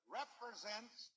represents